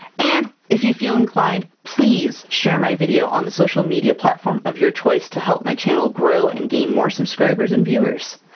and if you feel inclined, please share my video on the social media platform of your choice to help my channel grow and gain more subscribers and viewers!